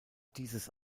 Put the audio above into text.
dieses